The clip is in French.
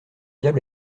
diable